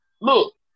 look